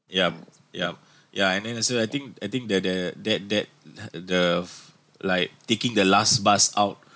yup yup yeah and then and so I think I think the the that that uh the like taking the last bus out